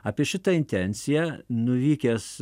apie šitą intenciją nuvykęs